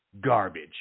garbage